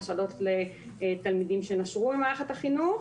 מוסדות לתלמידים שנשרו ממערכת החינוך